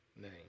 name